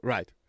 Right